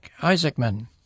Isaacman